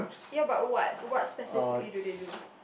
ya but what what specifically do they do